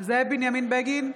זאב בנימין בגין,